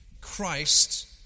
Christ